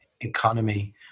economy